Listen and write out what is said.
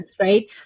Right